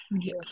Yes